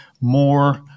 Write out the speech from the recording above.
more